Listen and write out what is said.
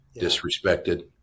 disrespected